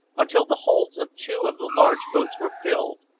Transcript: until the holds of two of the large boats were filled,